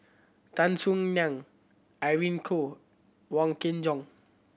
Tan Soo Nan Irene Khong Wong Kin Jong